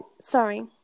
sorry